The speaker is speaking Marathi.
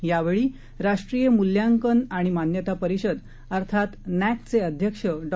यावेळीराष्ट्रीयमुल्यांकनआणिमान्यतापरिषदअर्थातनॅकचेअध्यक्षडॉ